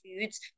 foods